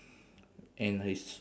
and his